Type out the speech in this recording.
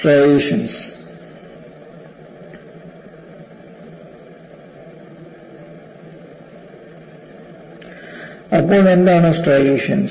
striations അപ്പോൾ എന്താണ് striations